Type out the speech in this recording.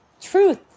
truth